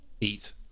eat